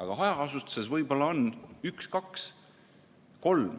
aga hajaasustuses võib-olla on üks, kaks või kolm.